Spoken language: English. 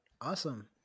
awesome